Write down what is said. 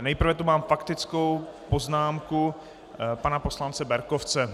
Nejprve tu mám faktickou poznámku pana poslance Berkovce.